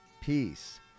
peace